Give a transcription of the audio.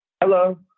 Hello